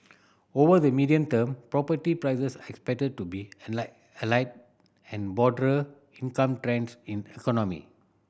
over the medium term property prices are expected to be aligned and broader income trends in economy